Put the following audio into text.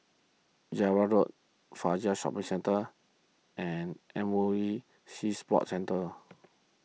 Java Road Fajar Shopping Centre and M O E Sea Sports Centre